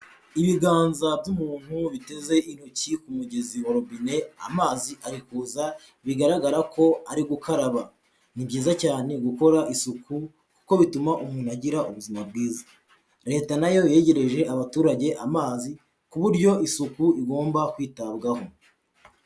Ibiganza by'umuntu biteze intoki ku mugezi wa robine, amazi ari kuza bigaragara ko ari gukaraba. Ni byiza cyane gukora isuku kuko bituma umuntu agira ubuzima bwiza. Leta na yo yegereje abaturage amazi ku buryo isuku igomba kwitabwaho.